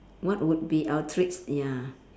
what would be our treats ya